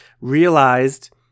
realized